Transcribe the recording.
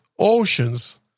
oceans